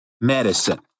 Medicine